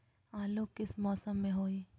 आलू किस मौसम में होई?